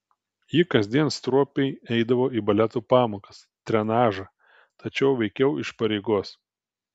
ji kasdien stropiai eidavo į baleto pamokas trenažą tačiau veikiau iš pareigos